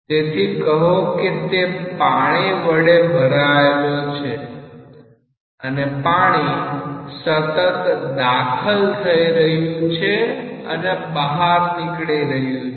તેથી કહો કે તે પાણી વડે ભરાયેલો છે અને પાણી સતત દાખલ થઈ રહ્યું છે અને બહાર નીકળી રહ્યું છે